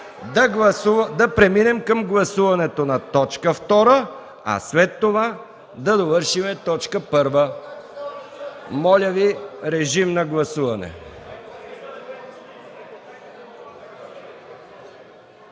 да преминем към гласуването на точка втора, а след това да довършим точка първа. Моля, режим на гласуване!